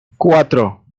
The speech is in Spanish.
cuatro